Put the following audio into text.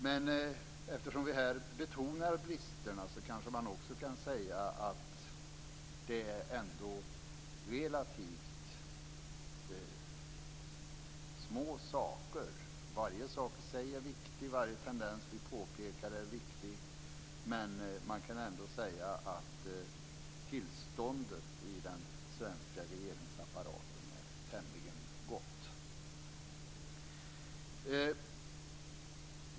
Men eftersom vi här betonar bristerna kanske man också kan säga att det ändå är relativt små saker. Varje sak i sig är viktig, varje tendens vi påpekar är viktig. Men man kan ändå säga att tillståndet i den svenska regeringsapparaten är tämligen gott.